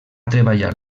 treballar